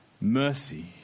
mercy